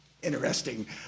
Interesting